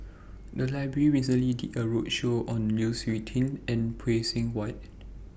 The Library recently did A roadshow on Lu Suitin and Phay Seng Whatt